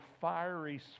fiery